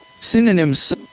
synonyms